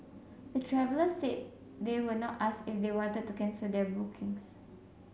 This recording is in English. the travellers said they were not asked if they wanted to cancel their bookings